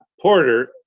porter